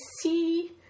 see